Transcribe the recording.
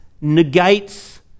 negates